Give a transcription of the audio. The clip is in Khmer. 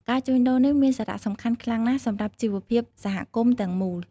ការជួញដូរនេះមានសារៈសំខាន់ខ្លាំងណាស់សម្រាប់ជីវភាពសហគមន៍ទាំងមូល។